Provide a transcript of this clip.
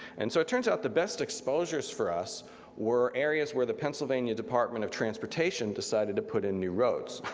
and so it turns out the best exposures for us were areas where the pennsylvania department of transportation decided to put in new roads.